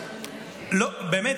באמת,